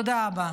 תודה רבה.